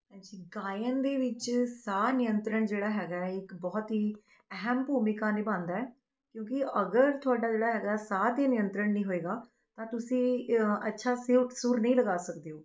ਹਾਂਜੀ ਗਾਇਣ ਦੇ ਵਿੱਚ ਸਾਹ ਨਿਯੰਤਰਣ ਜਿਹੜਾ ਹੈਗਾ ਇਹ ਇੱਕ ਬਹੁਤ ਹੀ ਅਹਿਮ ਭੂਮਿਕਾ ਨਿਭਾਉਂਦਾ ਹੈ ਕਿਉਂਕਿ ਅਗਰ ਤੁਹਾਡਾ ਜਿਹੜਾ ਹੈਗਾ ਸਾਹ 'ਤੇ ਨਿਯੰਤਰਣ ਨਹੀਂ ਹੋਏਗਾ ਤਾਂ ਤੁਸੀਂ ਅੱਛਾ ਸਉ ਸੁਰ ਨਹੀਂ ਲਗਾ ਸਕਦੇ ਹੋ